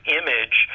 image